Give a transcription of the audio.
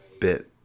bit